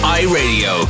iRadio